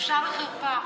בושה וחרפה.